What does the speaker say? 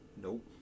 Nope